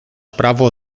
prawo